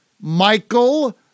Michael